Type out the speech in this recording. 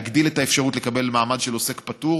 להגדיל את האפשרות לקבל את המעמד של עוסק פטור.